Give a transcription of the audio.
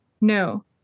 No